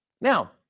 Now